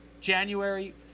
January